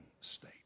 state